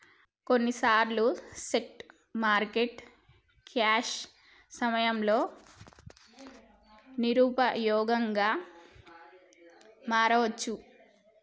కొన్నిసార్లు స్టాక్ మార్కెట్లు క్రాష్ సమయంలో నిరుపయోగంగా మారవచ్చు